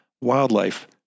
wildlife